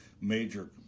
major